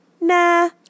nah